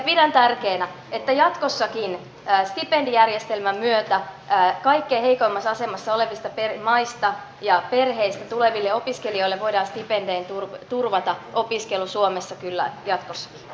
pidän tärkeänä että stipendijärjestelmän myötä kaikkein heikoimmassa asemassa olevista maista ja perheistä tuleville opiskelijoille voidaan stipendein turvata opiskelu suomessa kyllä jatkossakin